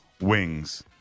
wings